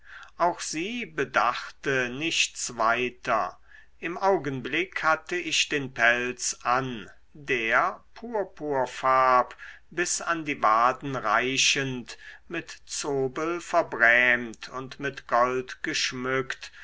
auch sie bedachte nichts weiter im augenblick hatte ich den pelz an der purpurfarb bis an die waden reichend mit zobel verbrämt und mit gold geschmückt